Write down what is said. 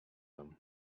him